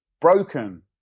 broken